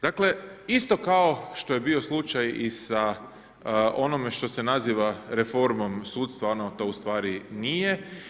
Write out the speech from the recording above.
Dakle isto kao što je bio slučaj i sa onime što se naziva reformom sudstva, onda to ustvari nije.